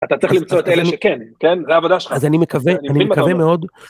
אתה צריך למצוא את האלה שכן, כן? זה העבודה שלך. אז אני מקווה, אני מקווה מאוד.